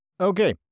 Okay